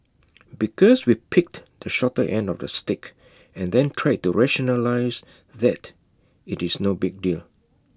because we picked the shorter end of the stick and then tried to rationalise that IT is no big deal